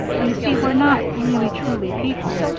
you see, we're not really-truly people.